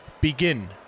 Begin